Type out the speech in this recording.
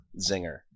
zinger